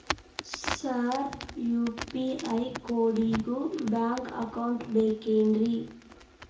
Sir UPI ಕೋಡಿಗೂ bank account ಬೇಕೆನ್ರಿ?